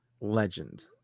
legend